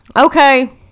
okay